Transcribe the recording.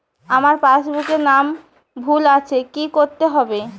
আমার পাসবুকে নাম ভুল আছে কি করতে হবে?